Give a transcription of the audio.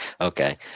Okay